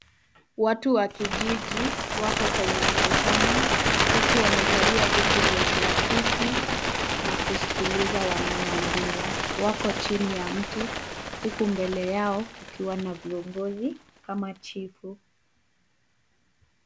Watu wa kijiji wako kwenye mkutano huku wamekalia viti vya plastiki na kuskiliza wanayo ambiwa. Wako chini ya mti huku mbele yao kukiwa na viongozi kama chifu.